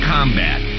Combat